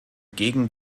gegen